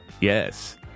Yes